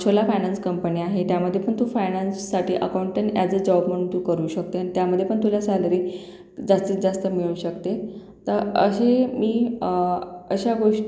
छोला finance company आहे त्यामध्येपण तू फायनॅन्ससाठी अकाऊंटन्ट अॅज अ जॉब म्हणून तू करू शकते आणि त्यामध्येपण तुला सॅलरी जास्तीत जास्त मिळू शकते तर अशी मी अशा गोष्